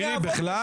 שירי בכלל.